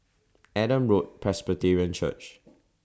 Adam Road Presbyterian Church